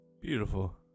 Beautiful